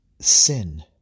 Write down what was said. sin